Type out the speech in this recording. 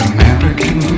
American